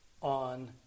on